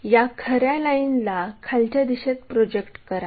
मग या खऱ्या लाईनला खालच्या दिशेत प्रोजेक्ट करा